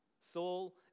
Saul